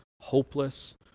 hopeless